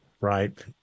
right